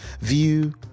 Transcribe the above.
view